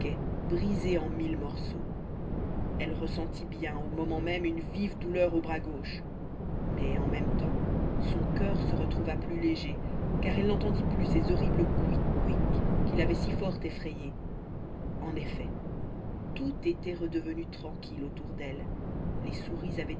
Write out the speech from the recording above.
brisée en mille morceaux elle ressentit bien au moment même une vive douleur au bras gauche mais en même temps son cœur se retrouva plus léger car elle n'entendit plus ces horribles couics couics qui l'avaient si fort effrayée en effet tout était redevenu tranquille autour d'elle les souris